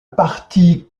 partie